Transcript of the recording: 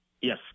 Yes